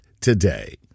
today